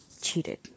cheated